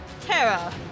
Tara